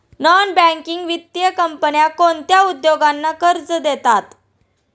Non banking वित्तीय कंपन्या कोणत्या उद्योगांना कर्ज देतात?